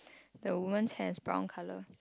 the women's hair is brown colour